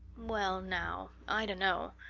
well now, i dunno.